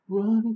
Run